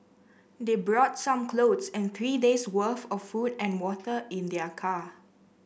they brought some clothes and three days' worth of food and water in their car